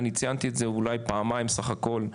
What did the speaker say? אני ציינתי את זה אולי פעמיים סך הכל,